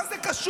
מה זה קשור?